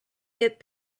get